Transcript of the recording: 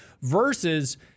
versus –